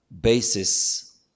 basis